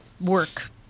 work